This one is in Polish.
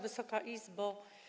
Wysoka Izbo!